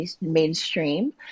mainstream